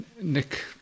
Nick